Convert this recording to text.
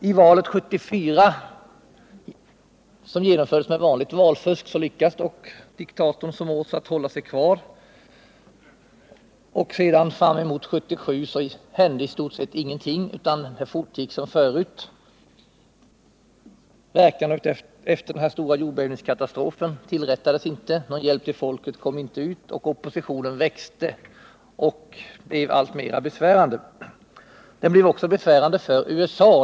I valet 1974, som genomfördes med vanligt valfusk, lyckades dock diktatorn Somoza trolla sig kvar och fram emot 1977 hände i stort sett ingenting, utan det fortgick som förut. Följderna av den stora jordbävningskatastrofen rättades inte till, någon hjälp kom inte ut till folket, och oppositionen växte och blev alltmer besvärande. Den blev också besvärande för USA.